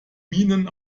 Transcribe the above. minen